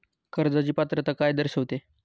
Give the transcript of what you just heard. कर्जाची पात्रता काय दर्शविते?